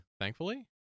thankfully